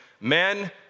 men